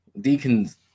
Deacon's